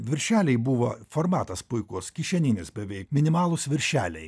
viršeliai buvo formatas puikus kišeninis beveik minimalūs viršeliai